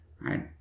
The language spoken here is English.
right